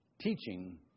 teaching